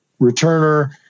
returner